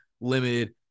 limited